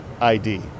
ID